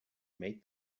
made